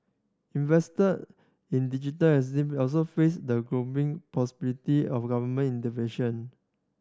investor in digital also face the growing possibility of government intervention